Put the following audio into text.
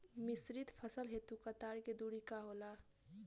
मिश्रित फसल हेतु कतार के दूरी का होला?